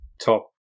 top